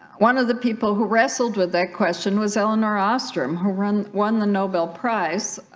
one of the people who wrestled with that question was elinor ostrom who run won the nobel prize